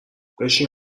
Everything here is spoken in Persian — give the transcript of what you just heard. بشین